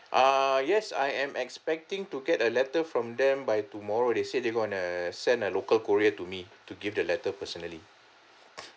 ah yes I am expecting to get a letter from them by tomorrow they said they going to send a local courier to me to give the letter personally